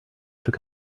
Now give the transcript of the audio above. took